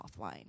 offline